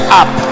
up